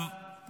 אני